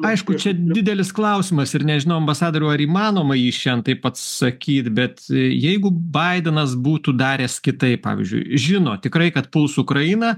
aišku čia didelis klausimas ir nežinau ambasadoriau ar įmanoma jį šian taip pat sakyt bet jeigu baidenas būtų daręs kitaip pavyzdžiui žino tikrai kad puls ukrainą